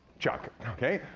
chuck, okay?